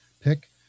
pick